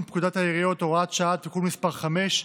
פקודת העיריות (הוראת שעה) (תיקון מס' 5),